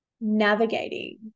navigating